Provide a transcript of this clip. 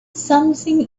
something